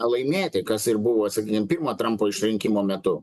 laimėti kas ir buvo pirmo trampo išrinkimo metu